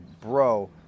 bro